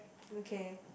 okay